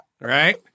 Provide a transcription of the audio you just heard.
right